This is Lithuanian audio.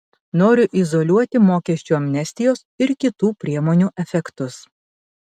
noriu izoliuoti mokesčių amnestijos ir kitų priemonių efektus